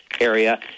area